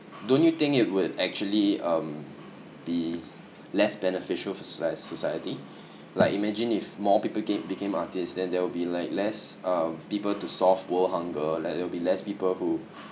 don't you think it would actually be less beneficial for soci~ society like imagine if more people came became artists then there will be like less uh people to solve world hunger like they'll be less people who